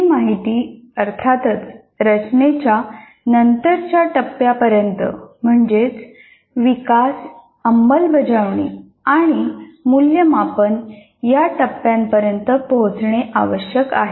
ही माहिती अर्थातच रचनेच्या नंतरच्या टप्प्यांपर्यंत म्हणजेच विकास अंमलबजावणी आणि मूल्यमापन या टप्प्यांपर्यंत पोचवणे आवश्यक आहे